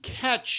catch